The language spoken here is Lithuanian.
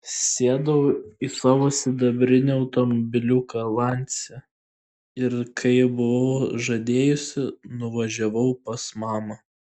sėdau į savo sidabrinį automobiliuką lancia ir kaip buvau žadėjusi nuvažiavau pas mamą